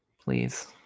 please